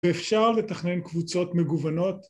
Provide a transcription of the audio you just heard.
‫ואפשר לתכנן קבוצות מגוונות.